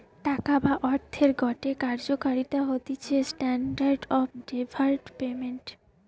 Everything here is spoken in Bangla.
টাকা বা অর্থের গটে কার্যকারিতা হতিছে স্ট্যান্ডার্ড অফ ডেফার্ড পেমেন্ট